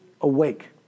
awake